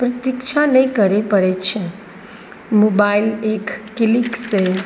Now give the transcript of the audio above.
प्रतीक्षा नहि करऽ पड़ै छै मोबाइल एक क्लिकसँ